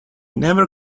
never